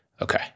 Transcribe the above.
okay